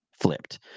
flipped